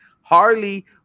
Harley